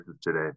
today